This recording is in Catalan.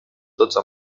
dotze